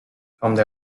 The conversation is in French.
forment